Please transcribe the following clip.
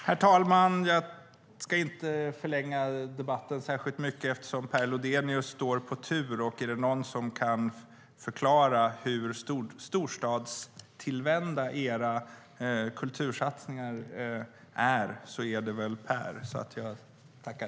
Herr talman! Jag ska inte förlänga debatten särskilt mycket, eftersom Per Lodenius står på tur, och är det någon som kan förklara hur storstadstillvända era kultursatsningar är så är det Per.